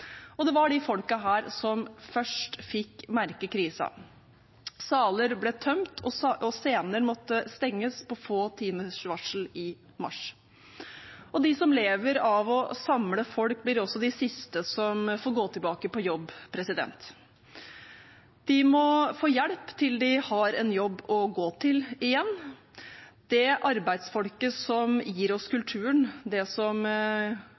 Det var disse folkene som først fikk merke krisen. Saler ble tømt, og scener måtte stenges på få timers varsel i mars. De som lever av å samle folk, blir også de siste som får gå tilbake på jobb. De må få hjelp til de har en jobb å gå til igjen. Det arbeidsfolket som gir oss kulturen, de som